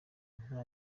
nta